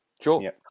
Sure